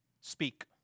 Speak